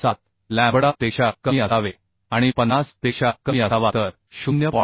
7 lambda पेक्षा कमी असावे आणि 50 पेक्षा कमी असावा तर 0